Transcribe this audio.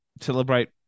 celebrate